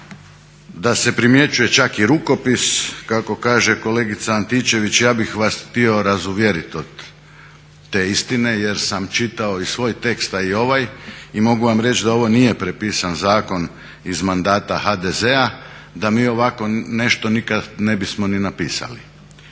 da se primjećuje čak i rukopis kako kaže kolegica Antičević ja bih vas htio razuvjerit od te istine, jer sam čitao i svoj tekst a i ovaj i mogu vam reći da ovo nije prepisan zakon iz mandata HDZ-a, da mi ovako nešto nikad ne bismo ni napisali.